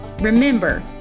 Remember